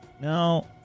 No